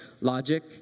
logic